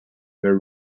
were